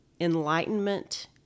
enlightenment